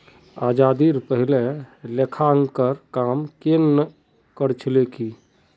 आज़ादीरोर पहले लेखांकनेर काम केन न कर छिल की